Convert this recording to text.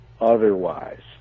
otherwise